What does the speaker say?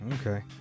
Okay